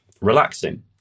relaxing